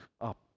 up